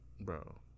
bro